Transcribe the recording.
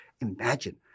Imagine